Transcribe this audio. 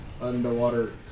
Underwater